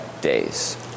days